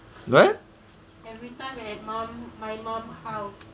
what